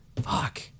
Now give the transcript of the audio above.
Fuck